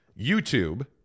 YouTube